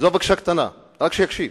זאת בקשה קטנה, רק שיקשיב.